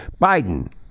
Biden